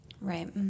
Right